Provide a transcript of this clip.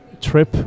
trip